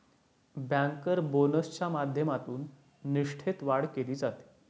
banker बोनसच्या माध्यमातून निष्ठेत वाढ केली जाते